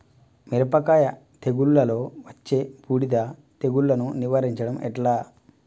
మిరపకాయ తెగుళ్లలో వచ్చే బూడిది తెగుళ్లను నివారించడం ఎట్లా?